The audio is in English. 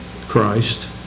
Christ